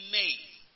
made